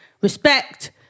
Respect